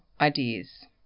ideas